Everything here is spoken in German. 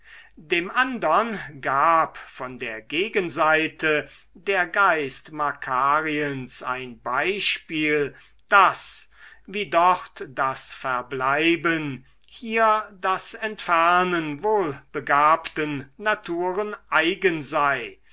dem andern gab von der gegenseite der geist makariens ein beispiel daß wie dort das verbleiben hier das entfernen wohlbegabten naturen eigen sei